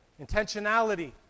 Intentionality